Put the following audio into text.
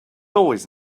always